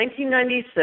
1996